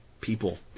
people